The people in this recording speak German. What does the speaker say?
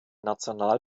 national